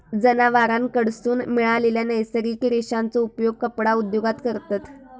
जनावरांकडसून मिळालेल्या नैसर्गिक रेशांचो उपयोग कपडा उद्योगात करतत